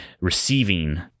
receiving